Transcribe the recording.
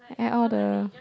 at all the